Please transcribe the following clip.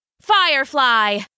Firefly